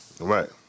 Right